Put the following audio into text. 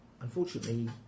unfortunately